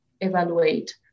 evaluate